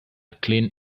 clean